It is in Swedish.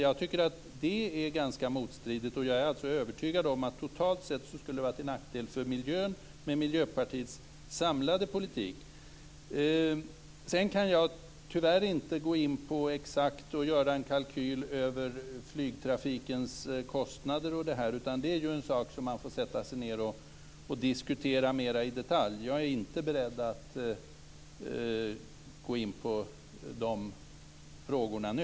Jag tycker att det är ganska motstridigt. Jag är alltså övertygad om att det totalt sett skulle vara till nackdel för miljön med Miljöpartiets samlade politik. Jag kan tyvärr inte gå in och göra en exakt kalkyl över flygtrafikens kostnader. Det är en sak som man får sätta sig ned och diskutera mer i detalj. Jag är inte beredd att gå in på de frågorna nu.